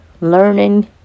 learning